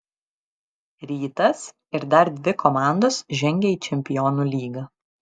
rytas ir dar dvi komandos žengia į čempionų lygą